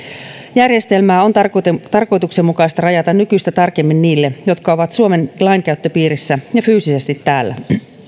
järjestelmää on tarkoituksenmukaista rajata nykyistä tarkemmin niille jotka ovat suomen lainkäyttöpiirissä ja fyysisesti täällä